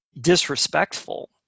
disrespectful